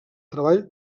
treball